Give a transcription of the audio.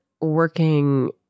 working